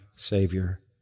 Savior